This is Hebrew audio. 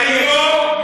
ואני אשיב להכול,